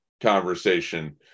conversation